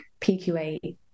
PQA